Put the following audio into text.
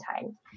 time